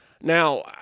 Now